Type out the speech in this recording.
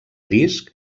disc